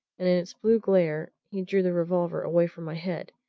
and in its blue glare he drew the revolver away from my head,